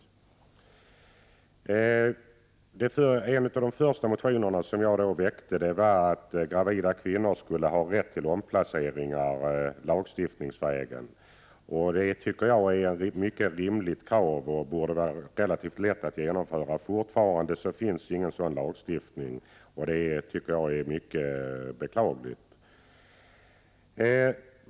I en av de första motionerna som jag väckte yrkade jag att gravida kvinnor lagstiftningsvägen skulle ha rätt till omplacering. Det tycker jag är ett mycket rimligt krav, och det borde vara relativt lätt att genomföra. Men fortfarande finns ingen sådan lagstiftning, och jag tycker att det är mycket beklagligt.